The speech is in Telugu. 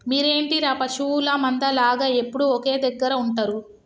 మీరేంటిర పశువుల మంద లాగ ఎప్పుడు ఒకే దెగ్గర ఉంటరు